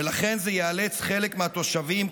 ולכן זה יאלץ חלק מהתושבים,